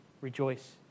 rejoice